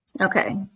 Okay